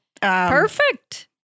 Perfect